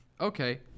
okay